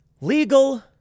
Legal